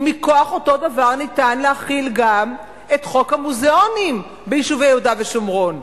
ומכוח אותו דבר ניתן להחיל גם את חוק המוזיאונים ביישובי יהודה ושומרון.